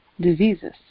diseases